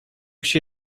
się